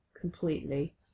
completely